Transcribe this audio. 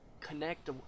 connect